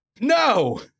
no